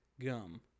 gum